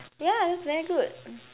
ya that's very good